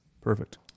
Perfect